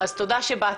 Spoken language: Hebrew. תודה שבאת.